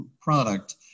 product